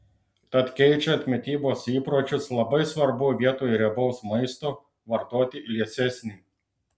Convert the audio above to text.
tad keičiant mitybos įpročius labai svarbu vietoj riebaus maisto vartoti liesesnį